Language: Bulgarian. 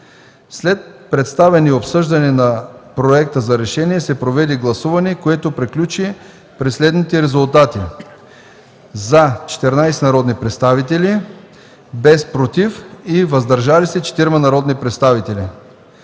След представяне и обсъждане на Проекта за решение се проведе гласуване, което приключи при следните резултати: „за” – 14 народни представители, без „против” и „въздържали се” – 4 народни представители.